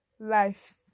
Life